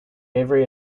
every